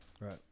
Right